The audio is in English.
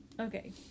Okay